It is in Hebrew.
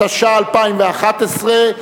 התשע"א 2011,